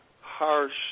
harsh